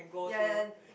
ya ya and